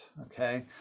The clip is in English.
okay